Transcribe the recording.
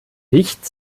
nicht